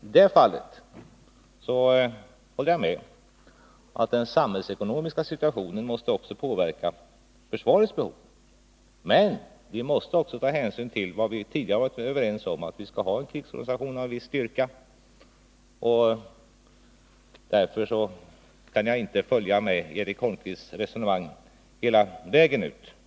I det fallet håller jag med om att den samhällsekonomiska situationen måste påverka också försvarets behov. Men vi måste också ta hänsyn till vad vi tidigare varit överens om, att vi skall ha en krigsorganisation av en viss styrka, och därför kan jag inte följa med i Eric Holmqvists resonemang hela vägen ut.